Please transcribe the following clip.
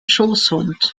schoßhund